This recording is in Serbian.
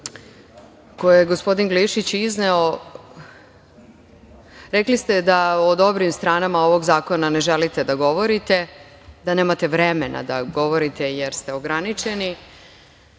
koje je gospodin Glišić izneo, rekli ste da o dobrim stvarima ovog zakona ne želite da govorite, da nemate vremena da govorite, jer ste ograničeni